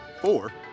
Four